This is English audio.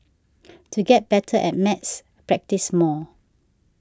to get better at maths practise more